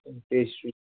pastry